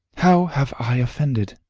how have i offended?